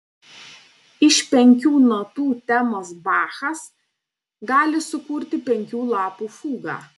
iš penkių natų temos bachas gali sukurti penkių lapų fugą